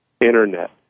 internet